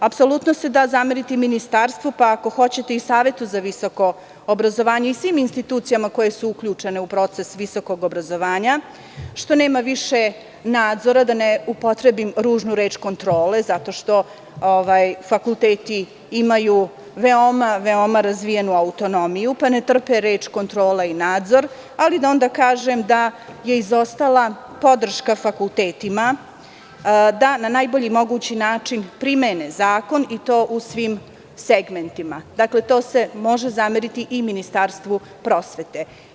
Apsolutno se da zameriti Ministarstvu, pa ako hoćete Savetu za visoko obrazovanje i svim institucijama koje su uključene u proces visokog obrazovanja, što nema više nadzora, da ne upotrebim ružnu reč – kontrole, zato što fakulteti imaju veoma razvijenu autonomiju, pa ne trpe reči kontrola i nadzor, ali da onda kažem da je izostala podrška fakultetima, da na najbolji mogući način primene zakon i to u svim segmentima, to se može zameriti i Ministarstvu prosvete.